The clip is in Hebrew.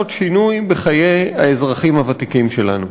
שינוי בחיי האזרחים הוותיקים שלנו.